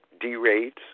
D-rates